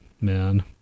man